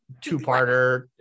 two-parter